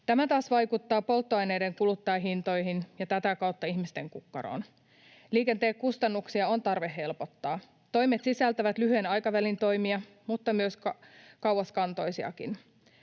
Tämä taas vaikuttaa polttoaineiden kuluttajahintoihin ja tätä kautta ihmisten kukkaroon. Liikenteen kustannuksia on tarve helpottaa. Toimet sisältävät lyhyen aikavälin toimia mutta myös kauaskantoisia.